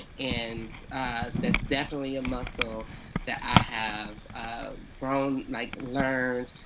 and that's definitely a muscle that i have grown. like learned.